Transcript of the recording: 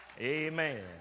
Amen